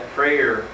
prayer